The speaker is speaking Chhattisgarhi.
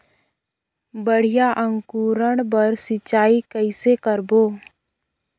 बढ़िया अंकुरण बर सिंचाई कइसे करबो?